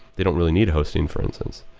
they don't really need hosting for instance.